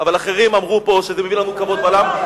אבל אחרים אמרו פה שזה מביא לנו כבוד בעולם.